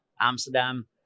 Amsterdam